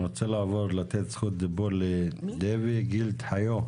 אני רוצה לתת זכות דיבור לדבי גילד-חיו,